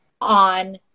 on